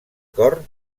cor